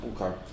okay